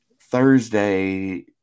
Thursday